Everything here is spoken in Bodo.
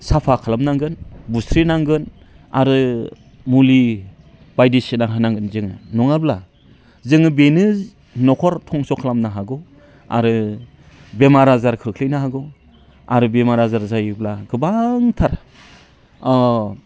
साफा खालामनांगोन बुस्रिनांगोन आरो मुलि बायदिसिना होनांगोन जोङो नङाब्ला जोङो बेनो न'खर धंस' खालामनो हागौ आरो बेमार आजार खोख्लैनो हागौ आरो बेमार आजार जायोब्ला गोबांथार